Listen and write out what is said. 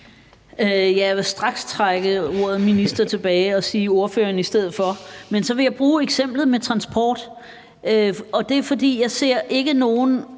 Jeg vil straks trække ordet minister tilbage og sige ordføreren i stedet for. Men så vil jeg bruge eksemplet med transport, og det er, fordi jeg ikke ser